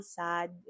sad